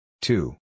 Two